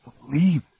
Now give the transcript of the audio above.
Believe